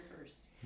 first